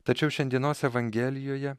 tačiau šiandienos evangelijoje